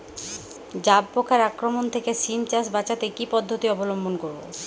জাব পোকার আক্রমণ থেকে সিম চাষ বাচাতে কি পদ্ধতি অবলম্বন করব?